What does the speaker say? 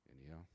Anyhow